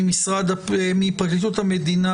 מפרקליטות המדינה,